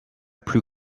plus